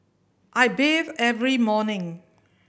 I bathe every morning